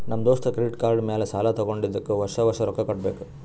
ನಮ್ ದೋಸ್ತ credit card ಮ್ಯಾಲ ಸಾಲಾ ತಗೊಂಡಿದುಕ್ ವರ್ಷ ವರ್ಷ ರೊಕ್ಕಾ ಕಟ್ಟಬೇಕ್